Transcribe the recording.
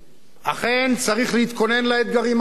אכן, צריך להתכונן לאתגרים האלה,